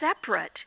separate